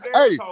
hey